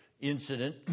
incident